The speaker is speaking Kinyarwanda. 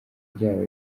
ryabo